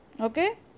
Okay